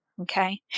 Okay